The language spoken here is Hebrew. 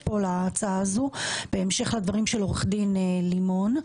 להצעה הזאת בהמשך לדברים של עורך דין גיל לימון.